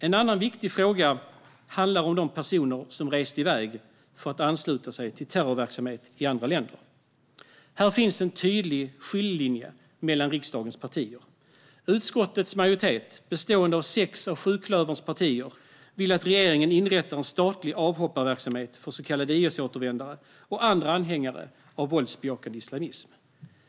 En annan viktig fråga handlar om de personer som rest i väg för att ansluta sig till terrorverksamhet i andra länder. Här finns en tydlig skiljelinje mellan riksdagens partier. Utskottets majoritet, bestående av sex av sjuklöverns partier, vill att regeringen inrättar en statlig avhopparverksamhet för så kallade IS-återvändare och andra anhängare av våldsbejakande islamism. Vi sverigedemokrater delar inte denna syn.